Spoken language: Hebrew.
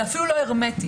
זה אפילו לא הרמטי,